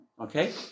Okay